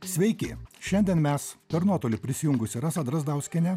sveiki šiandien mes per nuotolį prisijungusi rasa drazdauskienė